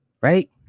Right